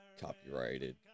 copyrighted